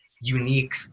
unique